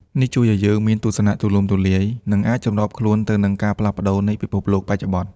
នេះជួយឱ្យយើងមានទស្សនៈទូលំទូលាយ និងអាចសម្របខ្លួនទៅនឹងការផ្លាស់ប្តូរនៃពិភពលោកបច្ចុប្បន្ន។